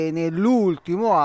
nell'ultimo